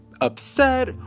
upset